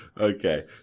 Okay